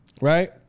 right